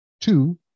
Two